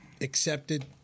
accepted